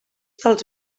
dels